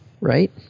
right